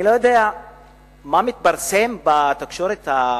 אני לא יודע מה מתפרסם בתקשורת,